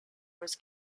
was